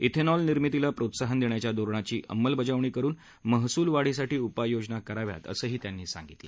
िनॉलनिर्मितीला प्रोत्साहन देण्याच्या धोरणाची अंमलबजावणी करुन महसूलवाढीसाठी उपाययोजना कराव्यात असंही त्यांनी सांगितलं